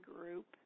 group